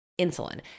insulin